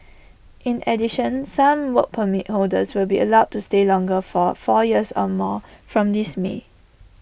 in addition some Work Permit holders will be allowed to stay longer for four years A more from this may